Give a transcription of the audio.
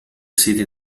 siti